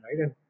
right